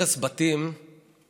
הרס בתים של מחבלים